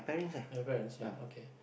and your parents ya okay